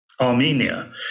Armenia